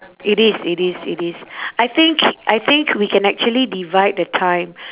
it is it is it is I think I think we can actually divide the time